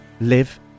live